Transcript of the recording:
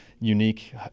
unique